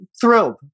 thrilled